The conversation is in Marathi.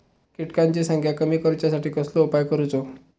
किटकांची संख्या कमी करुच्यासाठी कसलो उपाय करूचो?